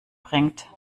bringt